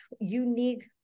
unique